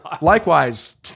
Likewise